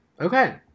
Okay